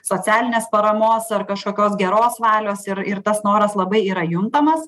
socialinės paramos ar kažkokios geros valios ir ir tas noras labai yra juntamas